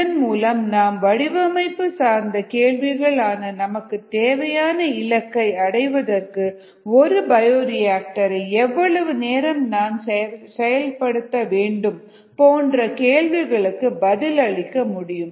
இதன் மூலம் நாம் வடிவமைப்பு சார்ந்த கேள்விகள் ஆன நமக்குத் தேவையான இலக்கை அடைவதற்கு ஒரு பயோரியாக்டரை எவ்வளவு நேரம் நாம் செயல்படுத்த வேண்டும் போன்ற கேள்விகளுக்கு பதில் அளிக்க முடியும்